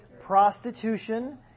Prostitution